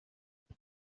what